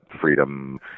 freedom